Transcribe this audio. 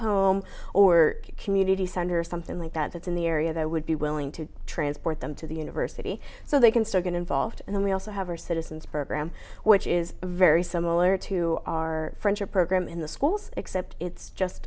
home or community center or something like that that's in the area that would be willing to transport them to the university so they can get involved and then we also have our citizens program which is very similar to our friendship program in the schools except it's just